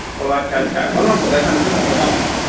ᱚ ᱟᱪᱪᱷᱟ ᱟᱪᱪᱷᱟ ᱜᱚᱱᱚᱝ ᱠᱚᱫᱚ ᱮᱠᱷᱚᱱ ᱫᱚ ᱛᱤᱱᱟᱹᱜ ᱠᱟᱛᱮᱫ ᱯᱮ ᱫᱟᱢ ᱟᱠᱟᱫ ᱠᱚᱣᱟ